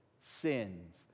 sins